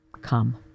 come